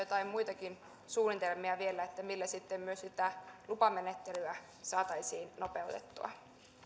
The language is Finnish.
joitakin muitakin suunnitelmia vielä millä sitten myös sitä lupamenettelyä saataisiin nopeutettua